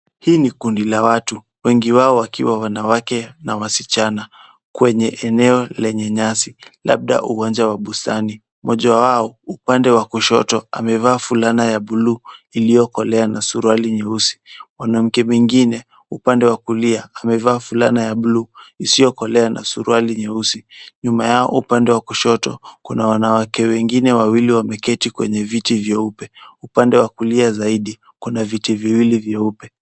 Hii ni kundi la watu wengi wao wakiwa wanawake na wasichana kwenye eneo lenye nyasi labda uwanja wa bustani, moja wao upande wa kushoto amevaa fulana ya bluu iliokolea na suruali nyeusi , mwanamke mwingine upande wa kulia amevaa fulana ya bluu isokolea na suruali nyeusi. Nyuma yao upande wa kushoto kuna wanawake wengine wawili wameketi kwenye viti vyeupe, upande wa kulia saidi kuna viti viwili vyeupe.